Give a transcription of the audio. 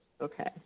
Okay